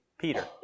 Peter